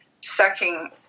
sucking